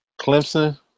Clemson